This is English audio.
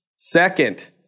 Second